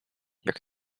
jak